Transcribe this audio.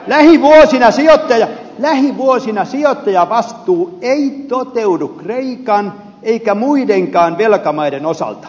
lähivuosina sijoittajavastuu ei toteudu kreikan eikä muidenkaan velkamaiden osalta